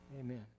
amen